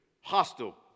hostile